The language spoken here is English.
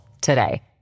today